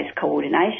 coordination